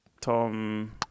Tom